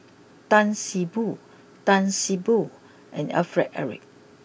Tan see Boo Tan see Boo and Alfred Eric